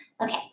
Okay